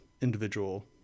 individual